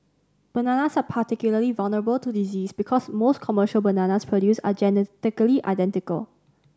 bananas are particularly vulnerable to disease because most commercial bananas produced are genetically identical